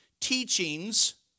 teachings